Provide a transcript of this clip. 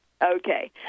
Okay